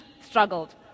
struggled